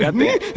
yeah me?